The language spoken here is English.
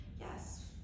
yes